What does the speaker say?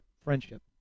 friendship